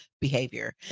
behavior